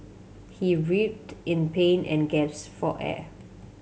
he writhed in pain and gaps for air